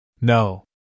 No